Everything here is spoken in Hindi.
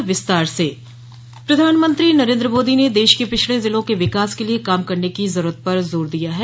विधायक सम्मेलन प्रधानमंत्री नरेंद्र मोदी ने देश के पिछड़े जिलों के विकास के लिये काम करने की जरूरत पर जोर दिया है